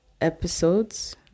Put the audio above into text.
episodes